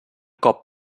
cop